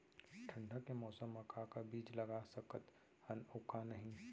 ठंडा के मौसम मा का का बीज लगा सकत हन अऊ का नही?